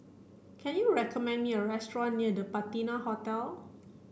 can you recommend me a restaurant near The Patina Hotel